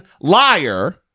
liar